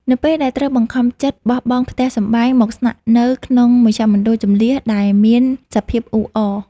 នៅពេលដែលត្រូវបង្ខំចិត្តបោះបង់ផ្ទះសម្បែងមកស្នាក់នៅក្នុងមជ្ឈមណ្ឌលជម្លៀសដែលមានសភាពអ៊ូអរ។